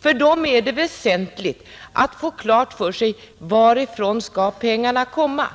För dem är det väsentligt att få klart för sig varifrån pengarna skall komma.